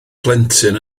plentyn